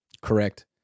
Correct